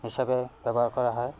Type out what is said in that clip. হিচাপে ব্যৱহাৰ কৰা হয়